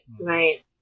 right